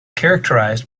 characterized